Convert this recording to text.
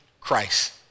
Christ